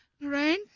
Lorraine